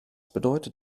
bedeutet